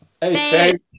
hey